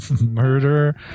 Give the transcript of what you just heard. murder